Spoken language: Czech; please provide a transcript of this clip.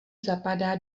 zapadá